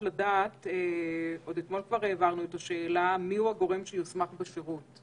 ביקשנו לדעת מי הגורם שיוסמך בשירות.